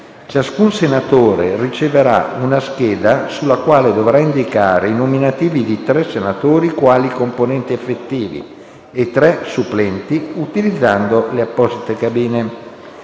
Ciascun senatore riceverà una scheda sulla quale dovrà indicare i nominativi di tre senatori quali componenti effettivi e tre supplenti, utilizzando le apposite cabine.